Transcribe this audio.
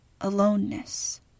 Aloneness